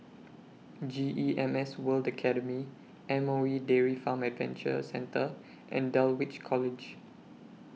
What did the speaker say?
G E M S World Academy M O E Dairy Farm Adventure Centre and Dulwich College